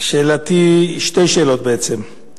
שאלתי היא, שתי שאלות בעצם.